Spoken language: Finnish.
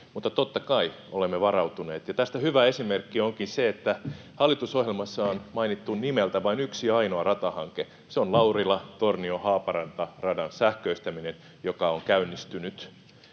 Mutta totta kai olemme varautuneet, ja tästä hyvä esimerkki onkin se, että hallitusohjelmassa on mainittu nimeltä vain yksi ainoa ratahanke: se on Laurila—Tornio—Haaparanta-radan sähköistäminen, joka on käynnistynyt.